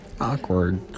awkward